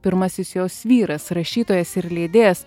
pirmasis jos vyras rašytojas ir leidėjas